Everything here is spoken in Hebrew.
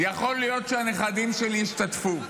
יכול להיות שהנכדים שלי ישתתפו,